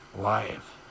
life